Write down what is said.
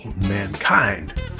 mankind